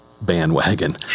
bandwagon